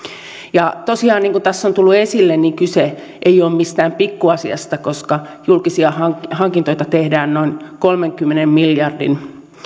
tosiaan niin kuin tässä on tullut esille kyse ei ole mistään pikku asiasta koska julkisia hankintoja hankintoja tehdään noin kolmenkymmenen miljardin